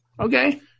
Okay